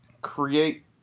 create